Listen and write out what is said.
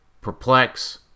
Perplex